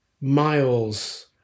miles